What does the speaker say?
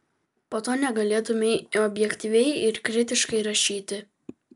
po to negalėtumei objektyviai ir kritiškai rašyti